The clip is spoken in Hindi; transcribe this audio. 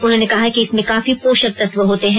उन्होंने कहा कि इसमें काफी पोषक तत्व होते हैं